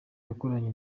yakoranye